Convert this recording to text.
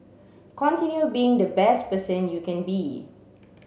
continue being the best person you can be